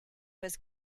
was